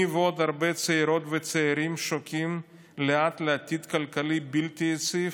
אני ועוד הרבה צעירות וצעירים שוקעים לאט לעתיד כלכלי בלתי יציב